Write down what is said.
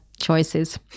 choices